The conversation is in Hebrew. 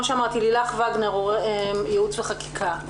לילך וגנר, ייעוץ וחקיקה.